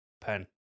Pen